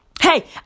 Hey